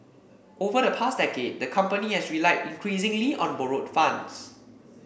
over the past decade the company has relied increasingly on borrowed funds